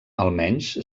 almenys